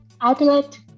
Outlet